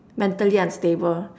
mentally unstable